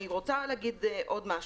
אני רוצה לומר עוד משהו.